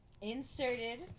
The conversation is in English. Inserted